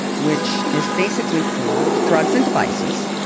which is basically for drugs and devices,